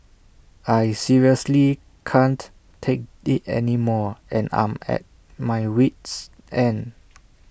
I seriously can't take IT anymore and I'm at my wit's end